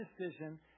decision